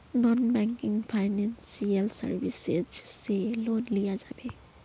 Non banking financial services से loan लिया जाबे?